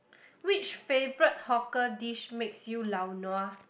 which favorite hawker dish makes you lao-nua